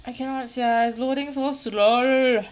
I cannot sia it's loading so slowly